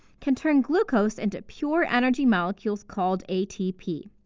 can turn glucose into pure energy molecules called atp.